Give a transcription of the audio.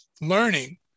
learning